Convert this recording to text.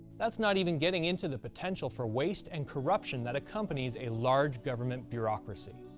that's not even getting into the potential for waste and corruption that accompanies a large government bureaucracy.